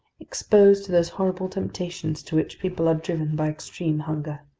exposed to those horrible temptations to which people are driven by extreme hunger?